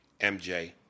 MJ